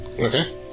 Okay